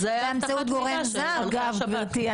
גברתי,